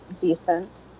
decent